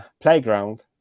playground